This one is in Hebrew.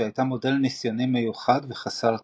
שהייתה מודל ניסיוני מיוחד וחסר תפוגה.